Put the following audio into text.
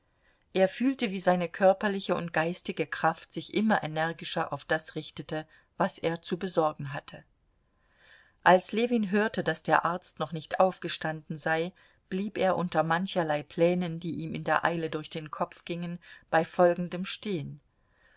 er fühlte wie seine körperliche und geistige kraft sich immer energischer auf das richtete was er zu besorgen hatte als ljewin hörte daß der arzt noch nicht aufgestanden sei blieb er unter mancherlei plänen die ihm in der eile durch den kopf gingen bei folgendem stehen